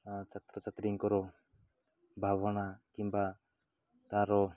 ଛାତ୍ରଛାତ୍ରୀଙ୍କର ଭାବନା କିମ୍ବା ତାର